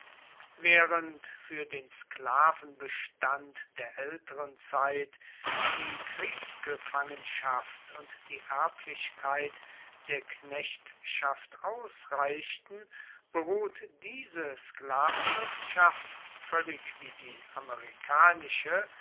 während für den sklavenbestand der älteren zeit die kriegsgefangenschaft und die erblichkeit der knechtschaft ausreichten beruht diese sklavenwirtschaft völlig wie die amerikanische